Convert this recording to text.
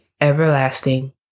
everlasting